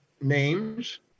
names